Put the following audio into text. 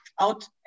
out